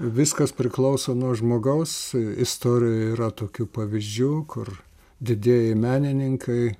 viskas priklauso nuo žmogaus istorijoj yra tokių pavyzdžių kur didieji menininkai